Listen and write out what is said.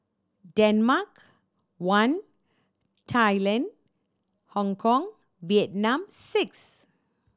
Denmark one Thailand Hongkong Vietnam six